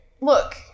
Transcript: look